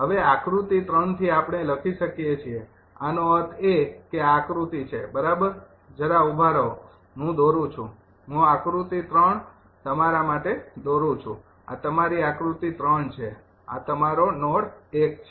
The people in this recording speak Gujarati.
હવે આકૃતિ 3 થી આપણે લખી શકીએ છીએ આનો અર્થ એ કે આ આકૃતિ છે બરાબર જરા ઊભા રહો અને હું દોરું છુ હું આકૃતિ 3 તમારા માટે દોરું છું આ તમારી આકૃતિ ૩ છે આ તમારો નોડ ૧ છે